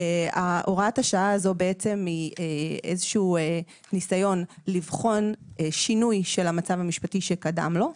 הוראת השעה הזו היא ניסיון לבחון שינוי של המצב המשפטי שקדם לו,